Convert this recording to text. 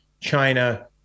China